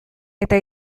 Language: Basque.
eta